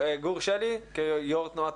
גור שלי, יו"ר תנועת